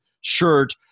shirt